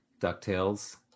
DuckTales